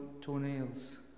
toenails